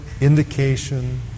indication